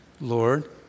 Lord